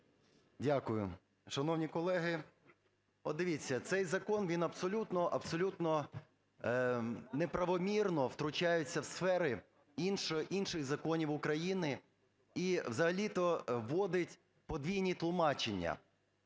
Дякую. Шановні колеги, от дивіться, цей закон він абсолютно-абсолютно неправомірно втручається в сфери інших законів України і взагалі-то вводить подвійні тлумачення,